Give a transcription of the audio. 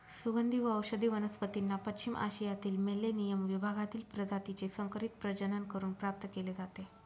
सुगंधी व औषधी वनस्पतींना पश्चिम आशियातील मेलेनियम विभागातील प्रजातीचे संकरित प्रजनन करून प्राप्त केले जाते